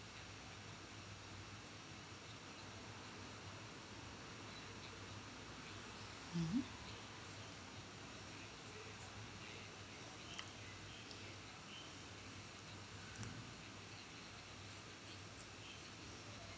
mmhmm